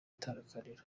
itandukaniro